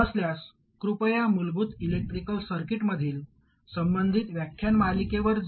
नसल्यास कृपया मूलभूत इलेक्ट्रिकल सर्किटमधील संबंधित व्याख्यानमालेवर जा